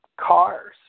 cars